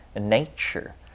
nature